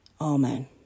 Amen